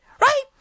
right